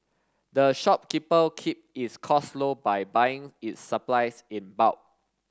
the shopkeeper keep its costs low by buying its supplies in bulk